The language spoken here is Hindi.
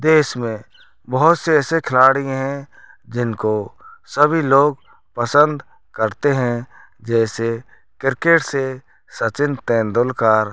देश में बहुत से ऐसे खिलाड़ी हैं जिनको सभी लोग पसंद करते हैं जैसे क्रिकेट से सचिन तेंदुलकर